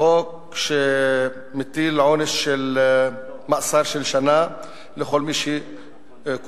החוק שמטיל עונש מאסר של שנה לכל מי שקורא